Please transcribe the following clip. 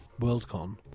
Worldcon